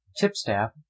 Tipstaff